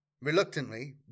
Reluctantly